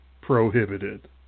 Prohibited